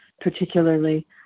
particularly